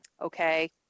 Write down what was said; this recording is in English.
Okay